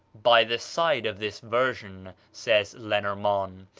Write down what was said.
by the side of this version, says lenormant,